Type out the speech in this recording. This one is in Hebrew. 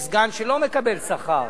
יש סגן שלא מקבל שכר.